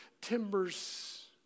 timbers